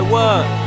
work